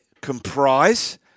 comprise